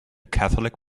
catholic